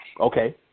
Okay